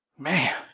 man